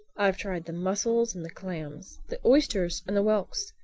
i've tried the mussels and the clams, the oysters and the whelks,